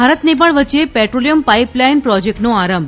ભારત નેપાળ વચ્ચે petroleum pipeline પ્રોજેક્ટનો આરંભ